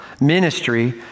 Ministry